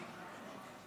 ההצבעה: